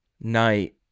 night